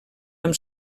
amb